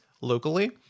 locally